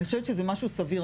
אני חושבת שזה משהו סביר.